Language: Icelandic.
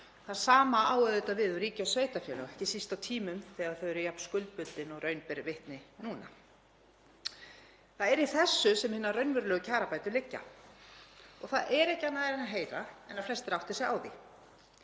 Það sama á auðvitað við um ríki og sveitarfélög, ekki síst á tímum þegar þau eru jafn skuldbundin og raun ber vitni núna. Það er í þessu sem hina raunverulegu kjarabætur liggja og það er ekki annað að heyra en að flestir átti sig á því.